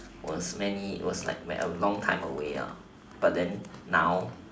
was many was like long time away ah but then now